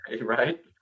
right